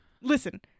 listen